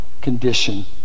condition